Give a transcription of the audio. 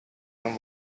non